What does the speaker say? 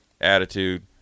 attitude